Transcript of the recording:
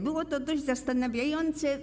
Było to dość zastanawiające.